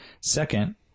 Second